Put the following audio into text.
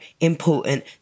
important